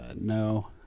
no